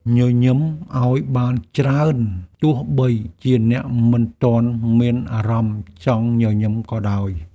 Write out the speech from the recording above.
ញញឹមឱ្យបានច្រើន ទោះបីជាអ្នកមិនទាន់មានអារម្មណ៍ចង់ញញឹមក៏ដោយ។